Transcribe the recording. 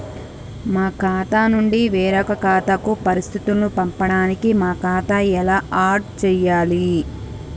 మా ఖాతా నుంచి వేరొక ఖాతాకు పరిస్థితులను పంపడానికి మా ఖాతా ఎలా ఆడ్ చేయాలి?